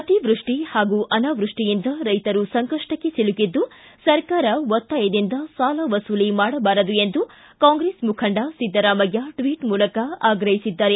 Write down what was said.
ಅತಿವೃಪ್ಪಿ ಮತ್ತು ಅನಾವೃಷ್ಟಿಯಿಂದ ರೈತರು ಸಂಕಷ್ಟಕ್ಕೆ ಸಿಲುಕಿದ್ದು ಸರ್ಕಾರ ಒತ್ತಾಯದಿಂದ ಸಾಲ ವಸೂಲಿ ಮಾಡಬಾರದು ಎಂದು ಕಾಂಗ್ರೆಸ್ ಮುಖಂಡ ಸಿದ್ದರಾಮಯ್ಕ ಟ್ವೀಟ್ ಮೂಲಕ ಆಗ್ರಹಿಸಿದ್ದಾರೆ